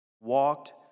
walked